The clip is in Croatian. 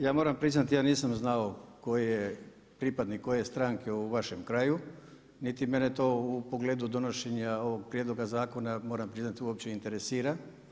Ja moram priznati ja nisam znao koji je pripadnik koje stranke u vašem kraju, niti mene to u pogledu donošenja ovog prijedloga zakona moram priznati uopće interesira.